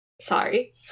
Sorry